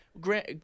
Grant